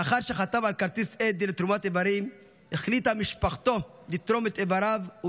לאחר שחתם על כרטיס אדי לתרומת איברים החליטה משפחתו לתרום את איבריו,